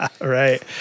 Right